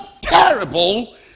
terrible